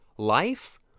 life